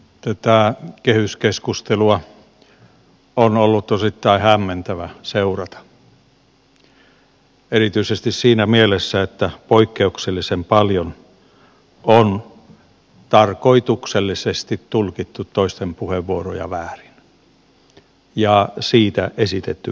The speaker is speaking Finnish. tätä kehyskeskustelua on ollut osittain hämmentävä seurata erityisesti siinä mielessä että poikkeuksellisen paljon on tarkoituksellisesti tulkittu toisten puheenvuoroja väärin ja niistä esitetty väittämiä